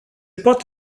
poate